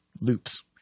loops